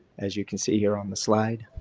as you can see here on the slide.